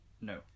no